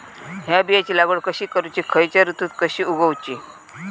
हया बियाची लागवड कशी करूची खैयच्य ऋतुत कशी उगउची?